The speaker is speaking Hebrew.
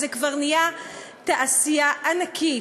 וזה כבר נהיה תעשייה ענקית,